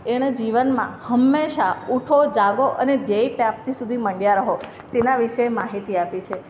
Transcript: એણે જીવનમાં હંમેશા ઉઠો જાગો અને ધ્યેય પ્રાપ્તિ સુધી મંડ્યા રહો તેના વિશે માહિતી આપી છે